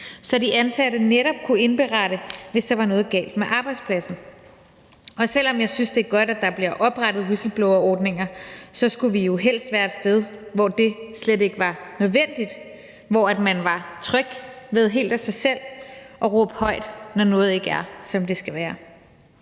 så de ansatte netop kunne indberette, hvis der var noget galt med arbejdspladsen. Og selv om jeg synes, det er godt, at der bliver oprettet whistleblowerordninger, skulle vi jo helst være et sted, hvor det slet ikke var nødvendigt, og hvor man var tryg ved helt af sig selv at råbe højt, når noget ikke er, som det skal være.